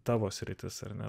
tavo sritis ar ne